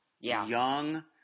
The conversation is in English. Young